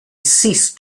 ceased